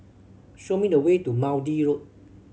show me the way to Maude Road